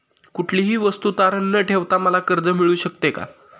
कुठलीही वस्तू तारण न ठेवता मला कर्ज मिळू शकते का?